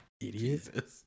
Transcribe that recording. Idiot